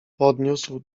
podniósł